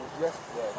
yesterday